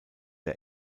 der